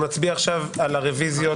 נצביע עכשיו על 16 רביזיות